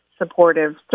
supportive